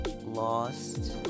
lost